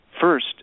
first